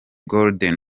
gordon